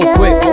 quick